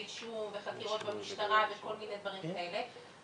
אישום וחקירות במשטרה וכל מיני דברים כאלה,